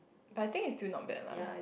but I think is still not bad lah